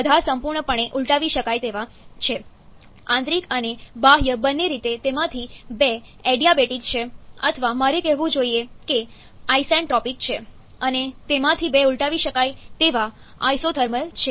બધા સંપૂર્ણપણે ઉલટાવી શકાય તેવા છે આંતરિક અને બાહ્ય બંને રીતે તેમાંથી બે એડીયાબેટિક છે અથવા મારે કહેવું જોઈએ કે આઇસેન્ટ્રોપિક છે અને તેમાંથી બે ઉલટાવી શકાય તેવા આઆઇસોથર્મલ છે